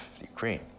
Ukraine